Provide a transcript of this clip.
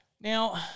Now